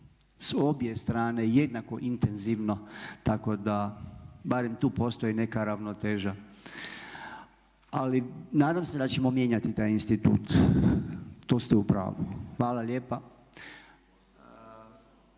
s obje strane jednako intenzivno, tako da barem tu postoji neka ravnoteža. Ali nadam se da ćemo mijenjati taj institut to ste u pravu. Hvala lijepa.